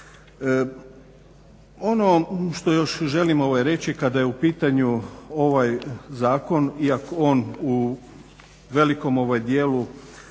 Ono što još želim reći kada je u pitanju ovaj zakon iako on u velikom dijelu